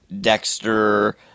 Dexter